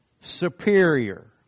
superior